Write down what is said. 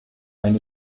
eine